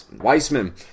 Weissman